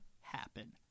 happen